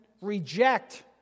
reject